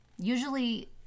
Usually